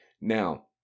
Now